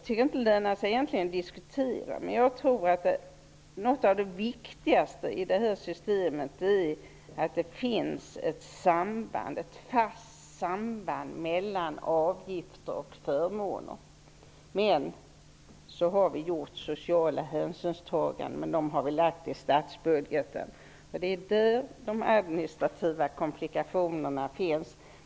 Det lönar sig egentligen inte att diskutera, men jag tror att något av det viktigaste i det här systemet är att det finns ett fast samband mellan avgifter och förmåner. Vi har gjort sociala hänsynstaganden, men vi har lagt dem i statsbudgeten. Det är där de administrativa komplikationerna finns.